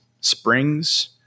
springs